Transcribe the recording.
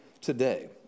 today